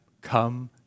come